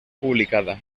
publicada